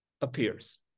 appears